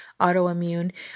autoimmune